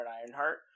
Ironheart